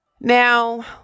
Now